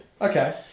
Okay